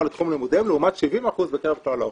לתחום לימודיהם לעומת 70% בקרב כלל האוכלוסייה.